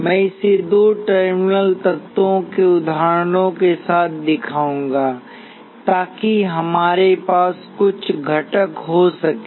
मैं इसे दो टर्मिनल तत्वों के उदाहरणों के साथ दिखाऊंगा ताकि हमारे पास कुछ घटक हो सकें